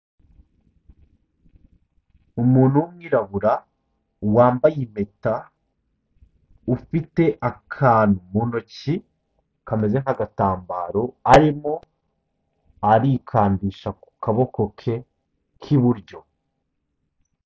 Umuntu w'umwirabura wambaye impeta, ufite akantu mu ntoki kameze nk'agatambaro arimo arikandisha ku kaboko ke k'iburyo.